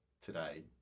today